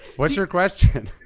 what's your question?